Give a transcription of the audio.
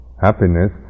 happiness